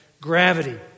gravity